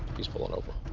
he's pulling over.